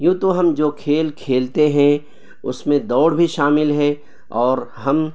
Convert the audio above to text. یوں تو ہم جو کھیل کھیلتے ہیں اس میں دوڑ بھی شامل ہے اور ہم